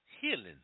healing